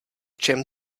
čem